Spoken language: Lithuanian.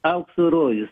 aukso rojus